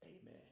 Amen